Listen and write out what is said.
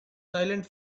silent